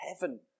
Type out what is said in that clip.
heaven